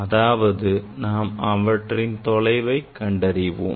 அதாவது நாம் அவற்றின் தொலைவை கண்டறிவோம்